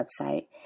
website